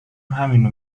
همینو